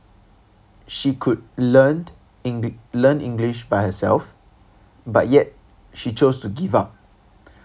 she could learn e~ learn english by herself but yet she chose to give up